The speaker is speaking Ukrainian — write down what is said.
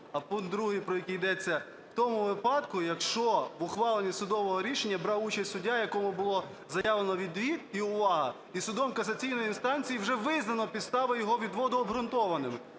А пункт другий, про який йдеться, в тому випадку, якщо в ухваленні судового рішення брав участь суддя, якому було заявлено відвід - і увага! - і судом касаційної інстанції вже визнано підставу його відводу обґрунтованою.